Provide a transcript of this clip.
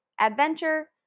adventure